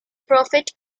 prophet